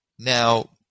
Now